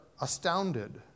astounded